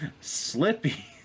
slippy